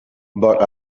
but